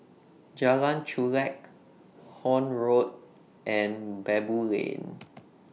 Jalan Chulek Horne Road and Baboo Lane